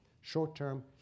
short-term